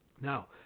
now